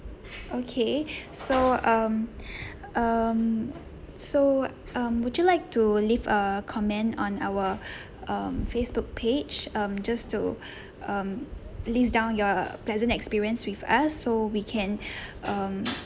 okay so um um so um would you like to leave a comment on our um Facebook page um just to um list down your pleasant experience with us so we can um